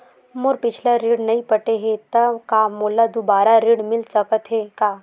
मोर पिछला ऋण नइ पटे हे त का मोला दुबारा ऋण मिल सकथे का?